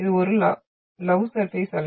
இது ஒரு Love surface அலை